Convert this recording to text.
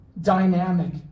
dynamic